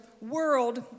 world